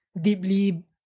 deeply